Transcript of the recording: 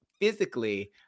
physically